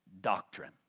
doctrine